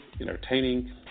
entertaining